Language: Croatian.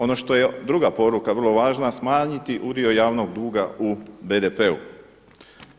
Ono što je druga poruka vrlo važna, smanjiti udio javnog duga u BDP-u.